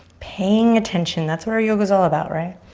paying attention. that's what yoga's all about, right?